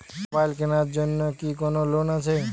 Mobile কেনার জন্য কি কোন লোন আছে?